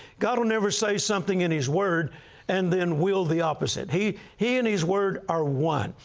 god will never say something in his word and then will the opposite. he he and his word are one.